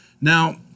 Now